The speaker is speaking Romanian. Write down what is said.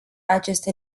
aceste